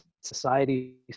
society